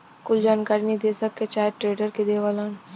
कुल जानकारी निदेशक के चाहे ट्रेडर के देवलन